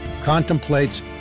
contemplates